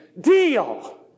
deal